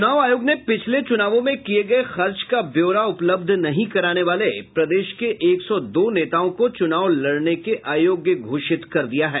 चुनाव आयोग ने पिछले चुनावों में किये गये खर्च का ब्यौरा उपलब्ध नहीं कराने वाले प्रदेश के एक सौ दो नेताओं को चुनाव लड़ने के अयोग्य घोषित कर दिया है